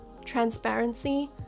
transparency